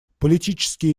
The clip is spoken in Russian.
политические